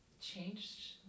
changed